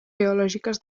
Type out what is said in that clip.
geològiques